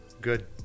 Good